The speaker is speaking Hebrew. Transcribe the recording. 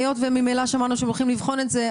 היות וממילא שמענו שהם הולכים לבחון את זה,